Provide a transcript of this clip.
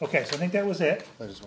ok i think that was it was